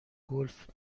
گلف